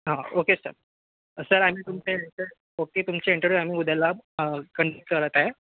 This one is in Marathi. हां ओके सर सर आम्ही तुमचे सर ओक्के तुमचे इंटरीव आम्ही उद्याला कं करत आहे